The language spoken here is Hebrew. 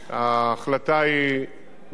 להזיז את מקום הכניסה,